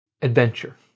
adventure